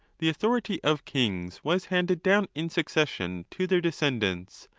the authority of kings was handed down in succession to their descendants,